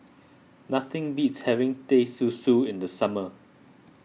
nothing beats having Teh Susu in the summer